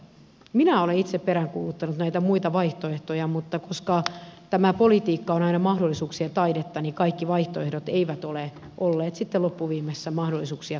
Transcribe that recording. minä olen itse peräänkuuluttanut näitä muita vaihtoehtoja mutta koska tämä politiikka on aina mahdollisuuksien taidetta niin kaikkia vaihtoehtoja ei ole ollut sitten loppuviimeksi mahdollista toteuttaa